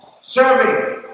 serving